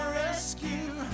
rescue